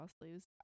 sleeves